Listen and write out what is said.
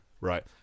right